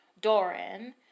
Doran